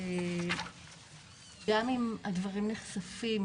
גם אם הדברים נחשפים